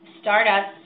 startups